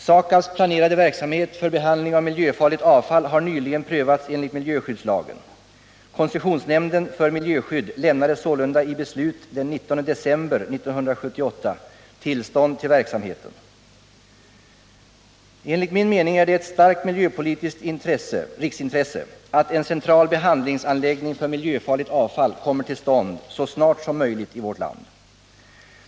SAKAB:s planerade verksamhet för behandling av miljöfarligt avfall har nyligen prövats enligt miljöskyddslagen. Koncessionsnämnden för miljöskydd lämnade sålunda i beslut den 19 december 1978 tillstånd till 73 Enligt min mening är det ett starkt miljöpolitiskt riksintresse att en central behandlingsanläggning för miljöfarligt avfall kommer till stånd så snart som möjligt i vårt land.